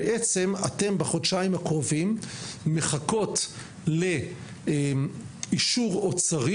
בעצם אתם בחודשיים הקרובים מחכות לאישור אוצרי